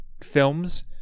films